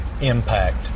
impact